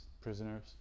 prisoners